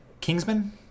Kingsman